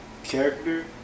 Character